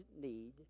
need